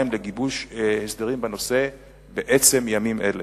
לגיבוש הסדרים בנושא בעצם ימים אלה.